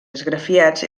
esgrafiats